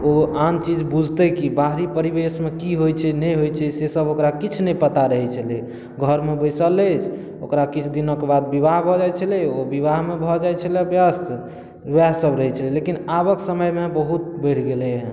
ओ आन चीज बुझतै कि बाहरी परिवेश मे की होइ छै नहि होइ छै से सभ ओकरा किछु नहि पता रहै छलै घरमे बैसल अछि ओकरा किछु दिनक बाद बिबाह भऽ जाइ छलै ओ बिबाहमे भऽ जाइ छलए ब्यस्त वएह सभ रहै छलै हँ लेकिन आबक समय मे बहुत बढ़ि गेलैहँ